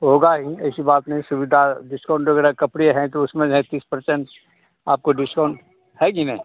होगी ही ऐसी बात नहीं है सुविधा डिस्काउंट वग़ैरह कपड़े हैं तो उसमें जो हैं तीस पर्सेंट आपको डिस्काउंट है कि नहीं